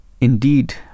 indeed